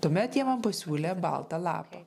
tuomet jie man pasiūlė baltą lapą